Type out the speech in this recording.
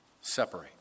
separate